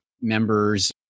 members